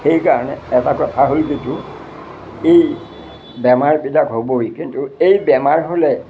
সেইকাৰণে এটা কথা হ'ল কিটো এই বেমাৰবিলাক হ'বই কিন্তু এই বেমাৰ হ'লে